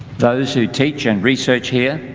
those who teach and research here,